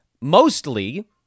Mostly